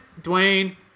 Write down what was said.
Dwayne